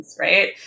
right